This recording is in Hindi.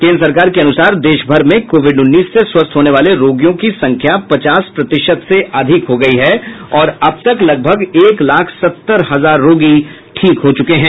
केन्द्र सरकार के अनुसार देश भर में कोविड उन्नीस से स्वस्थ होने वाले रोगियों की संख्या पचास प्रतिशत से अधिक हो गई है और अब तक लगभग एक लाख सत्तर हजार रोगी ठीक हुए हैं